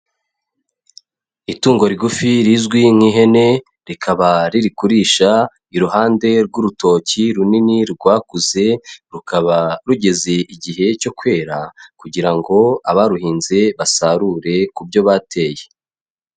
Itungo rigufi rizwi nk'ihene, rikaba riri kurisha, iruhande rw'urutoki runini rwakuze, rukaba rugeze igihe cyo kwera, kugira ngo abaruhinze basarure ku byo bateye.